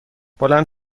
بلند